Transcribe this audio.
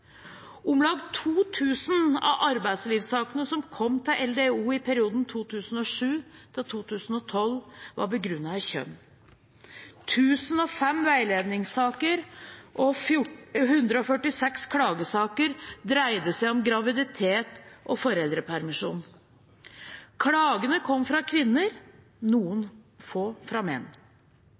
Om lag 2 000 av arbeidslivssakene som kom til LDO i perioden 2007–2012, var begrunnet i kjønn. 1 005 veiledningssaker og 146 klagesaker dreide seg om graviditet og foreldrepermisjon. Klagene kom fra kvinner, noen få fra menn.